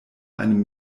einem